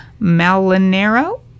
Malinero